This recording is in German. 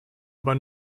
aber